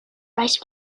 rice